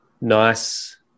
nice